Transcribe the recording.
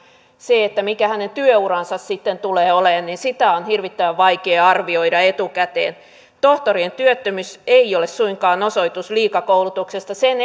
sitä mikä hänen työuransa sitten tulee olemaan on hirvittävän vaikea arvioida etukäteen tohtorien työttömyys ei ole suinkaan osoitus liikakoulutuksesta sen